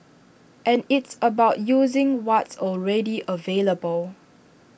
and it's about using what's already available